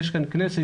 יש כאן כנסת,